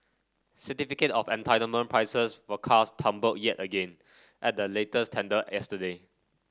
certificate of entitlement prices for cars tumbled yet again at the latest tender yesterday